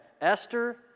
Esther